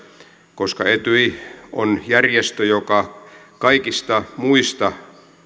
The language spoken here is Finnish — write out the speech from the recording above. koska etyj on järjestö joka kaikista muista